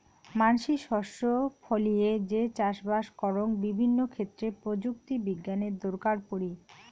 মানসি শস্য ফলিয়ে যে চাষবাস করং বিভিন্ন ক্ষেত্রে প্রযুক্তি বিজ্ঞানের দরকার পড়ি